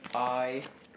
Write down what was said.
five